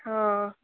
ହଁ